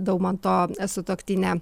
daumanto sutuoktinę